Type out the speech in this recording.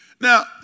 Now